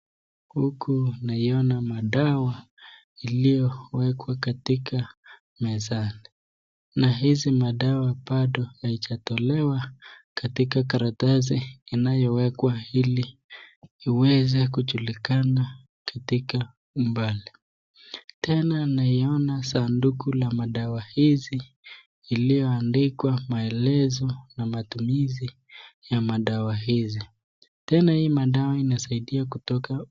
Huku naona madawa iliyowekwa katika mezani. Na hizi madawa bado haijatolewa katika karatasi inayowekwa ili iweze kujulikana katika nyumbani. Tena naiona sanduku la madawa hizi iliyoandikwa maeleza na matumizi ya madawa hizi tena hii madawa inasaidia kutoka.